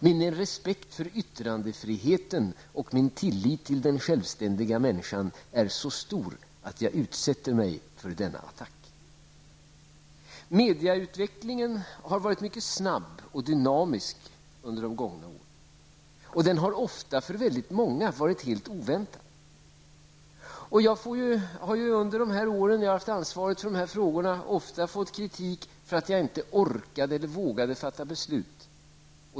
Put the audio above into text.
Min respekt för yttrandefriheten och min tillit till den självständiga människan är så stor att jag utsätter mig för denna attack. Mediautvecklingen har varit mycket snabb och dynamisk under de gångna åren. Den har ofta för väldigt många varit helt oväntad. Jag har under de år jag har haft ansvar för dessa frågor ofta fått kritik för att jag inte orkade eller vågade fatta beslut.